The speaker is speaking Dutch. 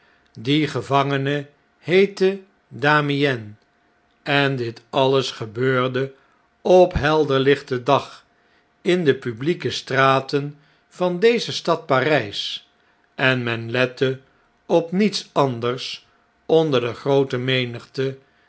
die gevangene heette damiens en dit alles gebeurde op helderlichten dag in de publieke straten van deze stad p a r ij s en men lette op niets anders onder de groote menigte